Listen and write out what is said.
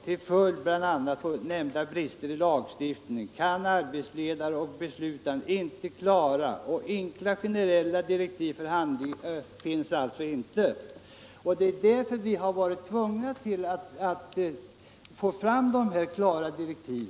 Till följd av bl.a. nämnda brister i lagstiftningen kan arbetsledare och beslutande inte ge klara och enkla generella direktiv för handläggningen —-=-” Vi har således varit tvungna att få fram dessa klara direktiv.